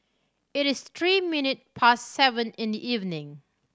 it is three minute past seven in the evening